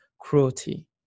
cruelty